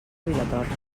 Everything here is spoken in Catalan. vilatorta